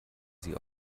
sie